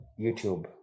YouTube